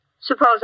Suppose